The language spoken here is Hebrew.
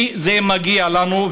כי זה מגיע לנו,